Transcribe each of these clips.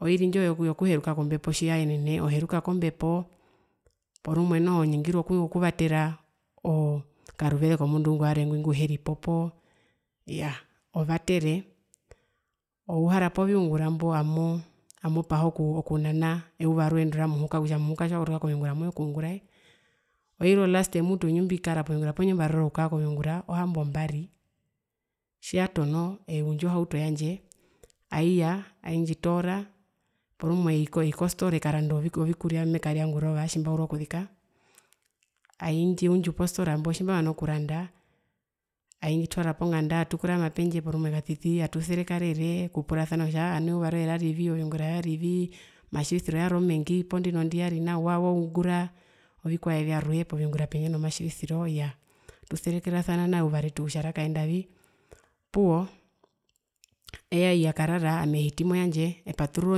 Oiri ndjo yokuheruka kombepo tjiyaenene oheruka kombepo porumwe noho oningirwa okuvatera oo karuveze komundu ingwi warwe ngwi nguheripo poo yaa ovatere ouhara poviungura mbo amoo amopaha okunana eyuva rwee ramuhuka kutja muhuka tjiwakotoka koviungura mwekunguraye, oiri olaste mutu ndjimbikara poviungura poo ndjimbarora okukara poviungura ohambombari, tjiyatono eundju ohauto yandje aiya aindjitoora porumwe ei eiikostora ekaranda ovikurya mbimekaria ngurova tjimaurwa okuzika, aindjiundju postora mbo tjimbamana okuranda aindjitwara ponganda atukurama pendje porumwe katiti atuserekarere okupurasana kutja aa nu eyuva rwee rarivi oviungura vyarivi omatjivisiro yari omengi poo ndinondi yari nawa waungura ovikwae vyarwe poviungura pendje nomatjivisiroo ooya atuserekarerasa nao eyuva retu kutja rakaendavi opuwo eye ai akarara ami ehiti moyandje epaturura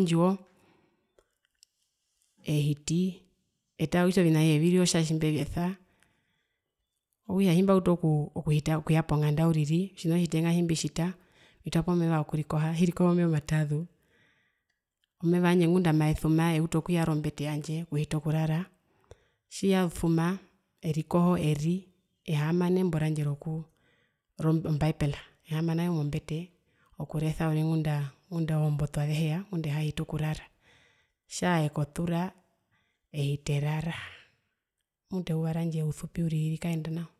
ondjiwo. ehiti etaa kutja ovina avihe oviri otja tjimbevyesa okutja tjimautuu okuu okuhita okuya poo ponganda uriri otjina otjitenga tjimbitjita mbitwapo meva wokurikoha hirikoho momeva omataazu omeva wandje ngunda maesuma eutu okuyara ombete yandje okuhita okurara tjiyasuma erikoho eri, ehaama nembo randje rokuu ombaepela ehaama nayo mombete okuresa uriri ngundaa ngundaa ozombotu azehiyeya ngunda ehiyahita okurara tjaa ekotura ehiti erara mutu eyuva randje ousupi uriri rikaenda nao.